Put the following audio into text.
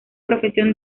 profesión